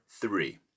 three